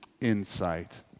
insight